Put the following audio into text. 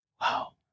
Wow